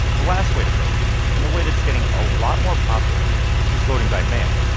the last way to vote and the way that is getting a lot more popular is voting by mail.